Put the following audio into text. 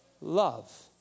love